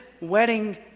wedding